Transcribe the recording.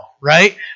right